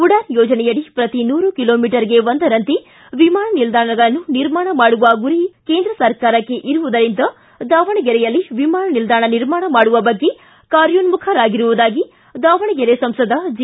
ಉಡಾನ್ ಯೋಜನೆಯಡಿ ಪ್ರತಿ ನೂರು ಕಿಲೋ ಮೀಟರ್ಗೆ ಒಂದರಂತೆ ವಿಮಾನ ನಿಲ್ದಾಣಗಳನ್ನು ನಿರ್ಮಾಣ ಮಾಡುವ ಗುರಿ ಕೇಂದ್ರ ಸರ್ಕಾರಕ್ಕೆ ಇರುವುದರಿಂದ ದಾವಣಗೆರೆಯಲ್ಲಿ ವಿಮಾನ ನಿಲ್ದಾಣ ನಿರ್ಮಾಣ ಮಾಡುವ ಬಗ್ಗೆ ಕಾರ್ಯೋನ್ಮುಖರಾಗಿರುವುದಾಗಿ ದಾವಣಗೆರೆ ಸಂಸದ ಜಿ